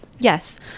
Yes